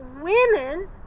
women